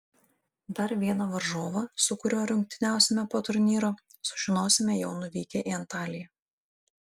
dar vieną varžovą su kuriuo rungtyniausime po turnyro sužinosime jau nuvykę į antaliją